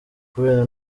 kubera